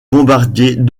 bombardiers